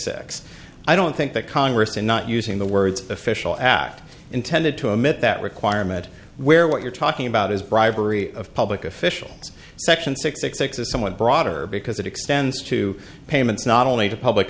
six i don't think that congress and not using the words official act intended to emit that requirement where what you're talking about is bribery of public officials section six six six is somewhat broader because it extends to payments not only to public